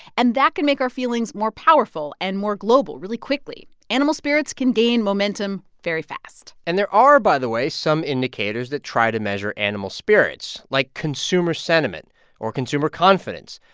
and that can make our feelings more powerful and more global really quickly. animal spirits can gain momentum very fast and there are, by the way, some indicators that try to measure animal spirits like consumer sentiment or consumer confidence.